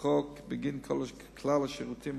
בחוק בגין כלל השירותים